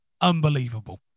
unbelievable